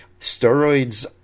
steroids